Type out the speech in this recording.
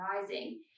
rising